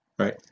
right